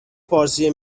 پارسی